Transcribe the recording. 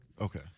Okay